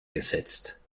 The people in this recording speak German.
gesetzt